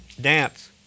dance